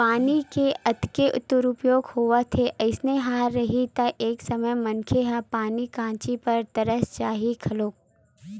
पानी के अतेक दुरूपयोग होवत हे अइसने हाल रइही त एक समे मनखे ह पानी काजी बर तरस जाही घलोक